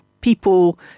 people